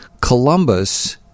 Columbus